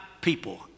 people